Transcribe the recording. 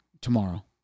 tomorrow